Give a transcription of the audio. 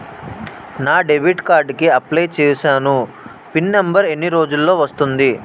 నా debit card కి apply చూసాను పిన్ నంబర్ ఎన్ని రోజుల్లో వస్తుంది?